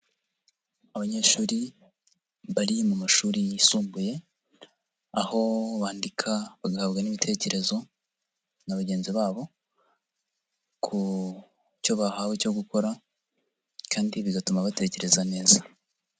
Abanyeshuri bari mu mashuri yisumbuye, aho bandika bagahabwa n'ibitekerezo na bagenzi babo, ku cyo bahawe cyo gukora kandi bigatuma batekereza neza.